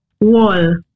wall